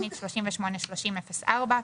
תכנית 383004,